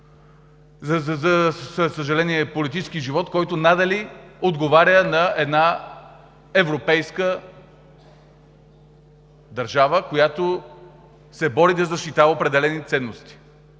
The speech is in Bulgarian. съвсем друг политически живот, който надали отговаря на една европейска държава, която се бори да защитава определени ценности.